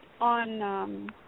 on